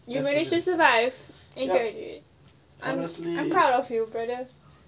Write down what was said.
you managed to survive you currently I'm just I'm proud of you brother